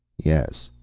yes.